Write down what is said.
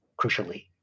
crucially